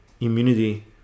immunity